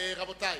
רבותי,